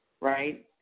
right